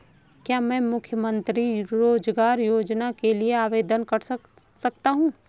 क्या मैं मुख्यमंत्री रोज़गार योजना के लिए आवेदन कर सकता हूँ?